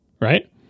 right